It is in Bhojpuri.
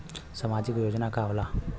सामाजिक योजना का होला?